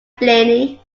blaney